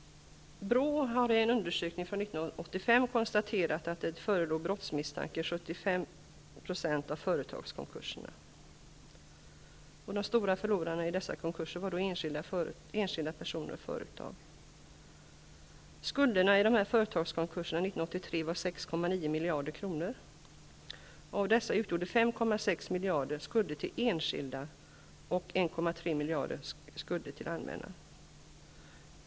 BRÅ gjorde en undersökning 1985 och konstaterade att det förelåg brottsmisstanke i 75 % av företagskonkurserna, och de stora förlorarna i dessa konkurser var enskilda personer och företag. Skulderna i företagskonkurserna var 6,9 miljarder kronor 1983, och av dessa utgjorde 5,6 miljarder skulder till enskilda och 1,3 miljarder skulder till det allmänna.